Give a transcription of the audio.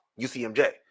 UCMJ